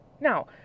Now